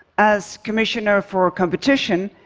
as commissioner for competition,